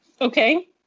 Okay